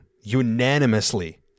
unanimously